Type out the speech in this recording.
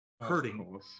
hurting